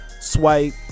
swipe